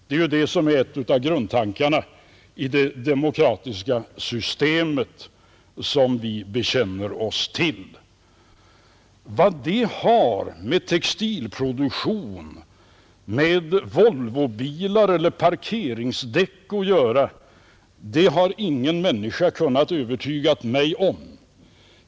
Detta är ju en av grundtankarna i det demokratiska systemet som vi bekänner oss till. Att det har med textilproduktion, med Volvobilar eller med parkeringsdäck att göra kan ingen människa övertyga mig om.